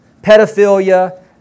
pedophilia